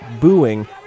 booing